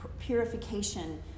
purification